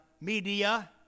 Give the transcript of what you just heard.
media